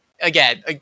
again